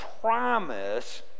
promise